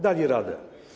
Dali radę.